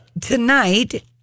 tonight